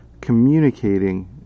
communicating